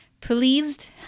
pleased